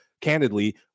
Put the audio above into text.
candidly